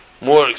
More